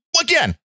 Again